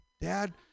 Dad